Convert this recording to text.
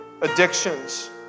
addictions